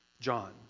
John